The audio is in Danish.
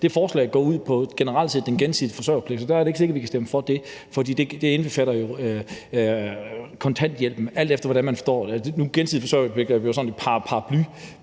Det forslag går ud på den gensidige forsørgerpligt generelt, og det er ikke sikkert, at vi kan stemme for det, for det indbefatter jo kontanthjælpen, alt efter hvordan man forstår det. Gensidig forsørgerpligt er jo sådan en paraplybegreb,